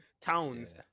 towns